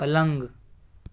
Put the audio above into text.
پلنگ